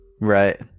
right